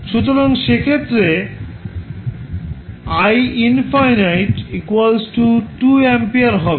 সুতরাং সেক্ষেত্র i ∞ 2 ampere হবে